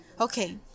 Okay